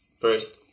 first